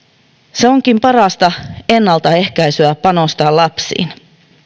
se onkin parasta ennaltaehkäisyä panostaa lapsiin